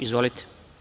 Izvolite.